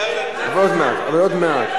עוד מעט.